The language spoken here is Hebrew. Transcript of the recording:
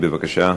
בבקשה.